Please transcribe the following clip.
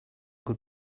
good